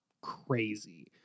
crazy